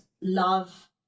love